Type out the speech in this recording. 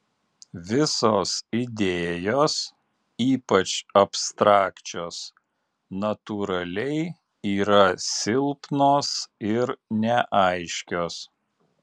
visos idėjos ypač abstrakčios natūraliai yra silpnos ir neaiškios